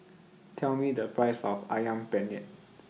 Tell Me The Price of Ayam Penyet